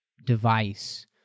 device